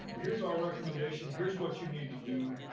here's our recommendation, here's what you need to do.